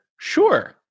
Sure